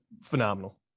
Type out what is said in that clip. phenomenal